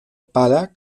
pala